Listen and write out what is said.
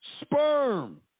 sperm